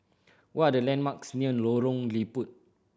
what are the landmarks near Lorong Liput